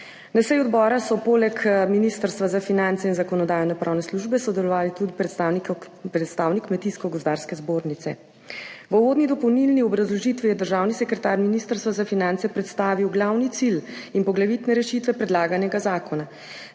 Na seji odbora je poleg Ministrstva za finance in Zakonodajno-pravne službe sodeloval tudi predstavnik Kmetijsko-gozdarske zbornice. V uvodni dopolnilni obrazložitvi je državni sekretar Ministrstva za finance predstavil glavni cilj in poglavitne rešitve predlaganega zakona.